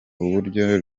uburyo